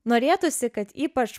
norėtųsi kad ypač